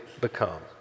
become